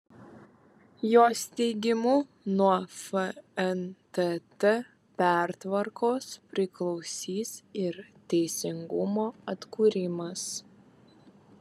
jos teigimu nuo fntt pertvarkos priklausys ir teisingumo atkūrimas